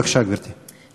בבקשה, גברתי.